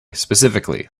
specifically